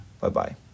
bye-bye